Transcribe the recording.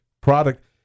product